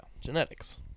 Genetics